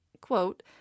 quote